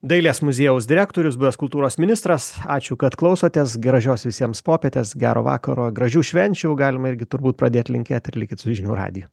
dailės muziejaus direktorius buvęs kultūros ministras ačiū kad klausotės gražios visiems popietės gero vakaro gražių švenčių galima irgi turbūt pradėt linkėt ir likit su žinių radiju